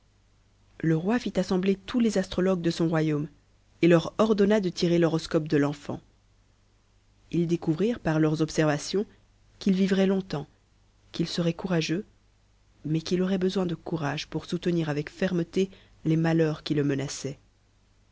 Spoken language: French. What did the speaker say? le roi fit assembler tous les astrologues de son royaume et leur ordonna de tirer l'horoscope de l'enfant ils découvrirent par leurs observations qu'il vivrait longtemps qu'il serait courageux mais qu'il aurait besoin de courage pour soutenir avec fermeté les malheurs qui le menaçaient